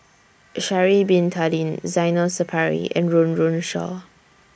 Sha'Ari Bin Tadin Zainal Sapari and Run Run Shaw